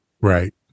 Right